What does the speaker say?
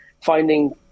finding